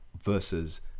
versus